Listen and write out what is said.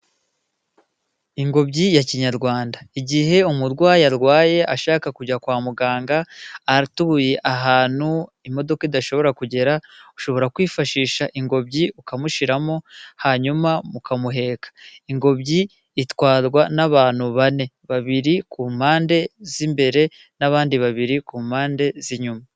Ingobyi ya kinyarwanda. Igihe umurwayi arwaye ashaka kujya kwa muganga, atuye ahantu imodoka idashobora kugera, ushobora kwifashisha ingobyi ukamushyiramo, hanyuma mukamuheka. Ingobyi itwarwa n'abantu bane, babiri ku mpande z'imbere n'abandi babiri ku mpande z'inyuma.